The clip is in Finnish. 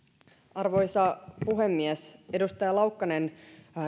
arvoisa puhemies edustaja laukkanen